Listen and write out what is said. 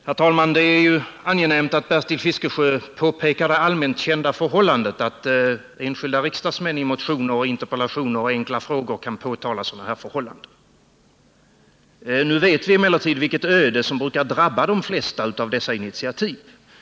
Herr talman! Det är angenämt att Bertil Fiskesjö påpekar det allmänt kända faktum att enskilda riksdagsmän i motioner, interpellationer och frågor kan påtala sådana här förhållanden. Nu vet vi emellertid vilket öde som brukar drabba de flesta av dessa initiativ.